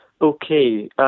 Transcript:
Okay